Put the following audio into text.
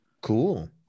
Cool